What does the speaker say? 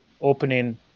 opening